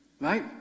Right